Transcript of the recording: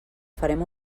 farem